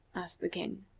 asked the king.